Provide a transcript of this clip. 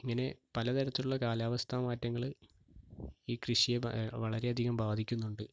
ഇങ്ങനെ പലതരത്തിലുള്ള കാലാവസ്ഥാ മാറ്റങ്ങൾ ഈ കൃഷിയെ വളരെയധികം ബാധിക്കുന്നുണ്ട്